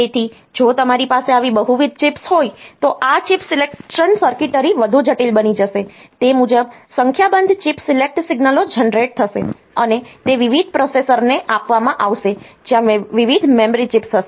તેથી જો તમારી પાસે આવી બહુવિધ ચિપ્સ હોય તો આ ચિપ સિલેક્શન સર્કિટરી વધુ જટિલ બની જશે તે મુજબ સંખ્યાબંધ ચિપ સિલેક્ટ સિગ્નલો જનરેટ થશે અને તે વિવિધ પ્રોસેસરોને આપવામાં આવશે જ્યાં વિવિધ મેમરી ચિપ્સ હશે